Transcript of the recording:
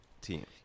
team